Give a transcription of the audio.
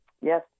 Yes